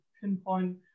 pinpoint